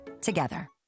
together